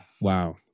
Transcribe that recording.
Wow